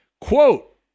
quote